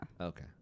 okay